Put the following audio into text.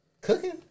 Cooking